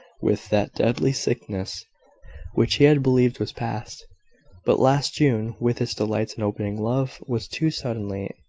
with that deadly sickness which he had believed was past but last june, with its delights and opening love, was too suddenly,